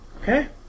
Okay